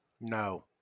No